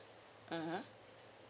mmhmm